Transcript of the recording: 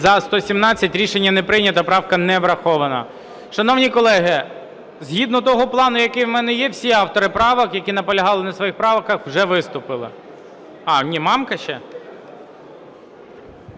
За-117 Рішення не прийнято. Правка не врахована. Шановні колеги, згідно того плану який у мене є, всі автори правок, які наполягали на своїх правках вже виступили. А, ні, Мамка ще?